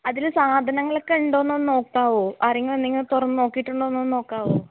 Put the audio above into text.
അതിൽ സാധനങ്ങളൊക്കെ ഉണ്ടോ എന്നൊന്ന് നോക്കാമോ ആരെങ്കിലും എന്തെങ്കിലും തുറന്ന് നോക്കിയിട്ടുണ്ടോ എന്നൊന്ന് നോക്കാമോ